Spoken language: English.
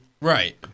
Right